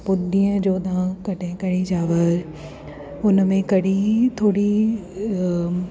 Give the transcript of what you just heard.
पोइ ॾींहं जो तव्हां कॾहिं कड़ी चांवर हुन में कड़ी थोरी